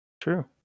true